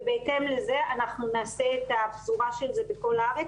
ובהתאם לזה אנחנו נעשה את הפזורה של זה בכל הארץ.